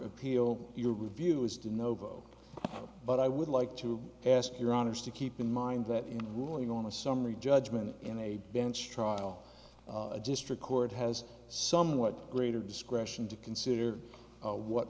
appeal your review is to no vote but i would like to ask your honour's to keep in mind that in ruling on a summary judgment in a bench trial a district court has somewhat greater discretion to consider what